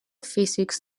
physics